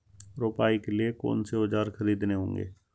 रोपाई के लिए कौन से औज़ार खरीदने होंगे?